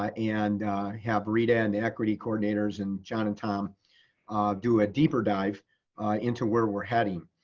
and have rita and the equity coordinators and john and tom do a deeper dive into where we're heading.